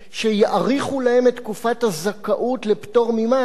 שיאריכו להם את תקופת הזכאות לפטור ממס,